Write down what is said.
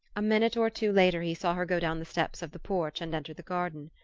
a minute or two later he saw her go down the steps of the porch and enter the garden.